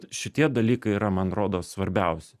šitie dalykai yra man rodos svarbiausi